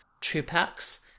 two-packs